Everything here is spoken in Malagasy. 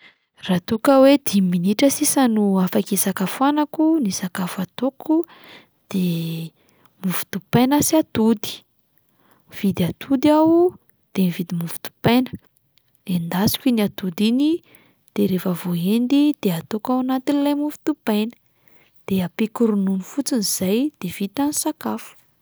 Raha toa ka hoe dimy minitra sisa no afaka hisakafoanako, ny sakafo ataoko de mofo dipaina sy atody, mividy atody aho de mividy mofo dipaina, endasiko iny atody iny de rehefa voaendy de ataoko ao anatin'ilay mofo dipaina, de ampiako ronono fotsiny izay de vita ny sakafo.